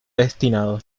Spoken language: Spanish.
destinado